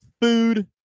food